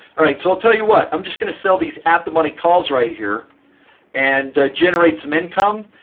all right, so i'll tell you what. i'm just going to sell these at the money calls right here and generate some income,